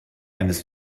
eines